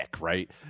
right